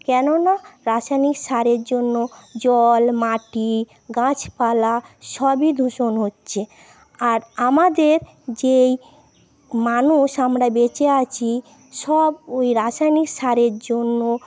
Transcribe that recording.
কেননা রাসায়নিক সারের জন্য জল মাটি গাছ পালা সবই দূষণ হচ্ছে আর আমাদের যেই মানুষ আমরা বেঁচে আছি সব ওই রাসায়নিক সারের জন্য